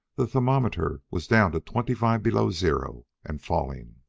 the thermometer was down to twenty-five below zero and falling.